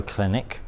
Clinic